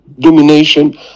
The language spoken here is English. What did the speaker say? domination